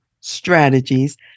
strategies